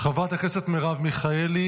חברת הכנסת מרב מיכאלי,